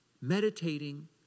meditating